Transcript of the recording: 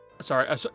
sorry